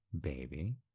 Baby